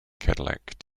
cadillac